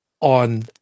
on